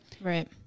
right